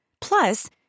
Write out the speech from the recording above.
Plus